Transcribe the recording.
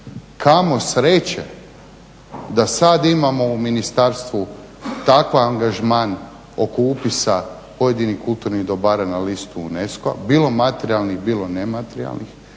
Kamo sreće da sam imamo u ministarstvu takav angažman oko upisa pojedinih kulturnih dobara na listu UNESCO-a, bilo materijalnih, bilo nematerijalnih.